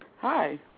Hi